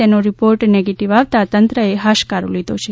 તેના report negative આવતા તંત્રએ હાશકારો લીધો છે